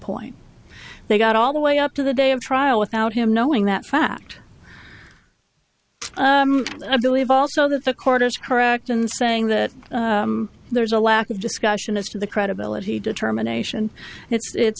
point they got all the way up to the day of trial without him knowing that fact i believe also that the court is correct in saying that there's a lack of discussion as to the credibility determination and it's